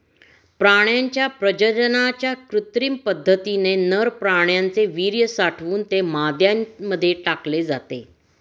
प्राण्यांच्या प्रजननाच्या कृत्रिम पद्धतीने नर प्राण्याचे वीर्य साठवून ते माद्यांमध्ये टाकले जाते